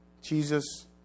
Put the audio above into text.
Jesus